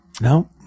no